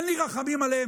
אין לי רחמים עליהם.